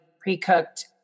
pre-cooked